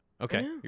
Okay